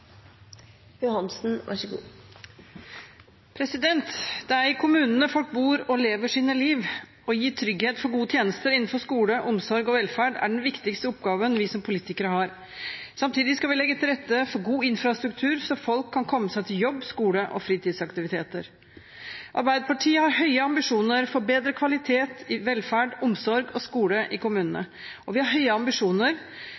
lever sine liv. Å gi trygghet for gode tjenester innenfor skole, omsorg og velferd er den viktigste oppgaven vi som politikere har. Samtidig skal vi legge til rette for god infrastruktur, slik at folk kan komme seg til jobb, skole og fritidsaktiviteter. Arbeiderpartiet har høye ambisjoner for bedre kvalitet i velferd, omsorg og skole i